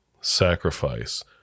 sacrifice